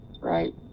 Right